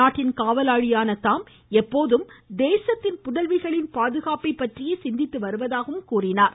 நாட்டின் காவலாளியான தாம் எப்போதும் தேசத்தின் புதல்விகள் பாதுகாப்பை பற்றியே சிந்தித்து வருவதாக குறிப்பிட்டார்